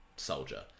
Soldier